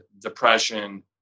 depression